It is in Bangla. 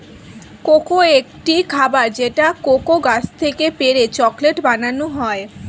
কোকো একটি খাবার যেটা কোকো গাছ থেকে পেড়ে চকলেট বানানো হয়